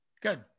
Good